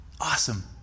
awesome